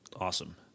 Awesome